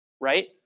right